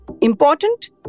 important